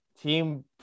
Team